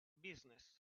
business